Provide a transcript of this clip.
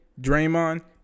Draymond